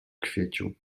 kwieciu